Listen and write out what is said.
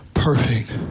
Perfect